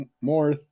more